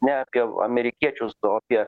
ne apie amerikiečius o apie